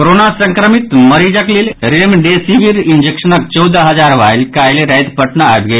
corona संक्रमित मरीजक लेल रेमडेसिविर इंजेक्शनक चौदह हजार वॉयल काल्हि राति पटना अबि गेल